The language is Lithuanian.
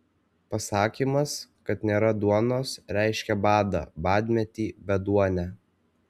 pasakymas kad nėra duonos reiškė badą badmetį beduonę